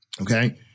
okay